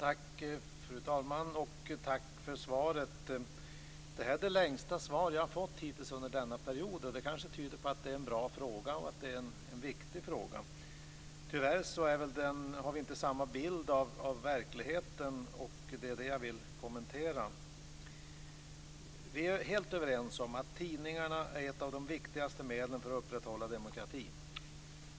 Fru talman! Tack för svaret. Det här är det längsta svar jag hittills har fått under denna period, och det kanske tyder på att det är en bra och viktig fråga. Tyvärr har vi inte samma bild av verkligheten. Det är den jag vill kommentera. Vi är helt överens om att tidningarna är ett av de viktigaste medlen för att upprätthålla demokratin.